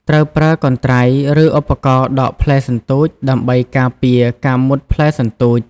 ត្រូវប្រើ កន្ត្រៃ ឬឧបករណ៍ដកផ្លែសន្ទូច ដើម្បីការពារការការមុតផ្លែសន្ទូច។